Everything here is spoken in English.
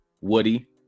woody